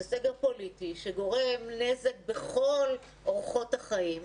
זה סגר פוליטי, שגורם נזק בכל אורחות החיים.